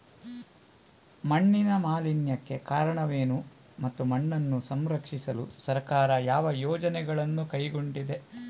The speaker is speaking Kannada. ಮಣ್ಣಿನ ಮಾಲಿನ್ಯಕ್ಕೆ ಕಾರಣವೇನು ಮತ್ತು ಮಣ್ಣನ್ನು ಸಂರಕ್ಷಿಸಲು ಸರ್ಕಾರ ಯಾವ ಯೋಜನೆಗಳನ್ನು ಕೈಗೊಂಡಿದೆ?